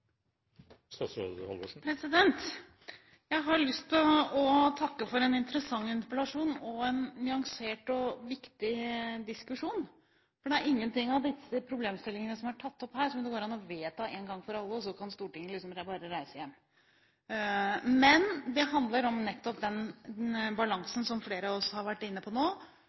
Jeg har lyst til å takke for en interessant interpellasjon og en nyansert og viktig diskusjon. For det er ingen av disse problemstillingene som er tatt opp her, som det går an å vedta en gang for alle, og så kan Stortinget bare reise hjem. Det handler om nettopp den balansen som flere av oss har vært inne på nå.